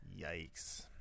Yikes